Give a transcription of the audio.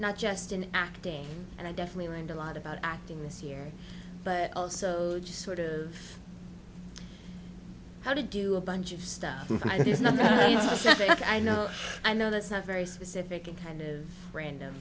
not just in acting and i definitely learned a lot about acting this year but also just sort of how to do a bunch of stuff i know i know that's not very specific and kind of random